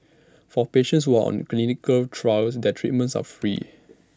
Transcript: for patients who are on clinical trials their treatments are free